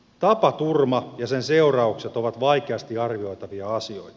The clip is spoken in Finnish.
tapaturma ja sen seuraukset ovat vaikeasti arvioitavia asioita